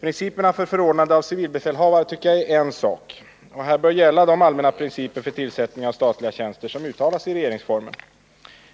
Principerna för förordnande av civilbefälhavare är en sak — i det avseendet bör gälla de allmänna principer för tillsättningen av statliga tjänster som uttalas i regeringsformen.